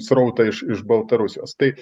srautą iš iš baltarusijos tai